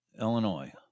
Illinois